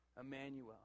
Emmanuel